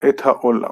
את העולם.